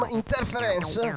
interferenza